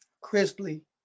crisply